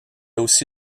aussi